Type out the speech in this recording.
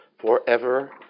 forever